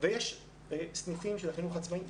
ויש סניפים מדהימים של החינוך העצמאי,